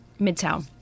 Midtown